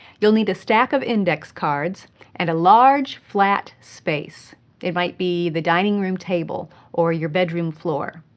you'll need a stack of index cards and a large flat space it might be the dining room table or your bedroom floor.